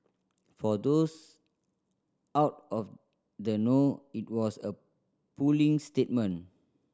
for those out of the know it was a puling statement